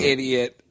Idiot